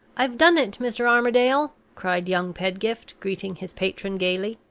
i've done it, mr. armadale! cried young pedgift, greeting his patron gayly.